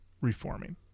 reforming